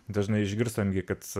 dažnai išgirstam gi kad